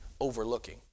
overlooking